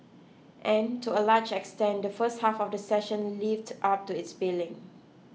and to a large extent the first half of the session lived up to its billing